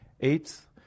Eighth